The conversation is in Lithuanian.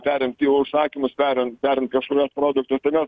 perimt jų užsakymus perimt perimt kažkuriuos produktus tai mes